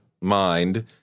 mind